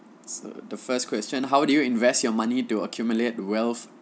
so the first question how do you invest your money to accumulate wealth